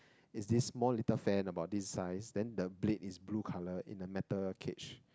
is this small little fan about this size then the blade is blue colour in the metal cage